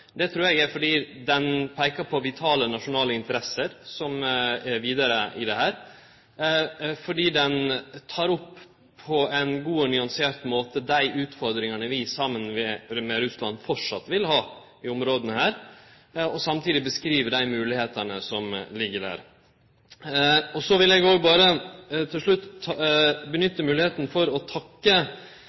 Det trur eg er fordi ho peikar på vitale, nasjonale interesser vidare i dette, fordi ho på ein god og nyansert måte tek opp dei utfordringane som vi saman med Russland framleis vil ha i desse områda, og samtidig beskriv dei moglegheitene som ligg der. Til slutt vil eg nytte høvet til å takke